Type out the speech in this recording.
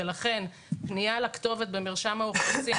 לכן פנייה לכתובת במרשם האוכלוסין,